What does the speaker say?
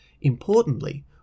Importantly